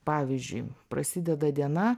pavyzdžiui prasideda diena